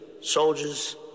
soldiers